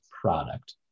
product